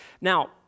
Now